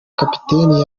kapiteni